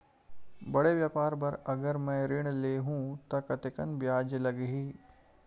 बड़े व्यापार बर अगर मैं ऋण ले हू त कतेकन ब्याज लगही?